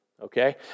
okay